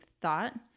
thought